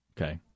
Okay